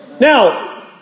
Now